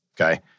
okay